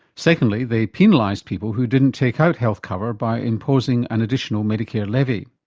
secondly, they penalised people who didn't take out health cover by imposing an additional medicare levy.